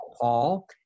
Paul